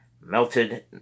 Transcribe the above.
melted